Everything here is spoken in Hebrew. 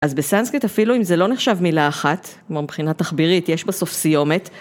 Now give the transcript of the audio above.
אז בסנסקריט, אפילו אם זה לא נחשב מילה אחת, כמו מבחינה תחבירית, יש בסוף סיומת.